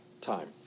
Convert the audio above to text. time